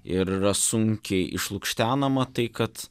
ir yra sunkiai išlukštenama tai kad